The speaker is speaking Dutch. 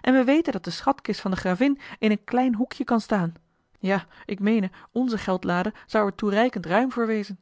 en wij weten dat de schatkist van de gravin in een klein hoekje kan staan ja ik meen onze geldlade zou er toereikend ruim voor wezen